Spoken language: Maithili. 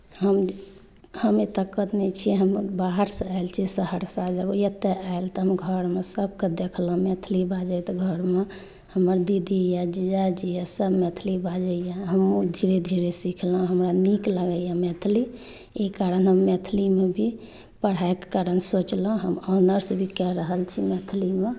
हम एतौका नहि छी हम बाहरसँ आयल छी सहरसा जब हम एतऽ आयल तऽ हम घरमे सभकेँ देखलहुँ मैथिली बाजैत घरमे हमर दीदी अइ जीजाजी अइ सभ मैथिली बाजैए हमहुँ धीरे धीरे सिखलहुँ हमरा नीक लागैए मैथिली ई कारण हम मैथिलीमे भी पढ़ाइके कारण सोचलहुँ ऑनर्स भी कऽ रहल छी मैथिलीमे